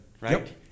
right